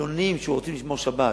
חילונים שרוצים לשמור שבת,